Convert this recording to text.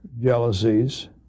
jealousies